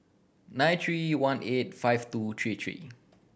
nine three one eight five two three three